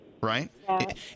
right